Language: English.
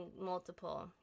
multiple